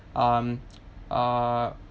um uh